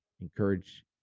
encourage